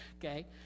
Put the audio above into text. Okay